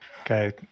Okay